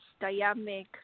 dynamic